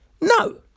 No